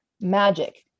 magic